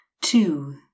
two